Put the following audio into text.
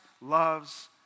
loves